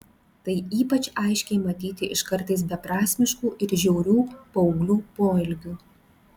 tai ypač aiškiai matyti iš kartais beprasmiškų ir žiaurių paauglių poelgių